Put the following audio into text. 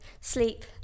sleep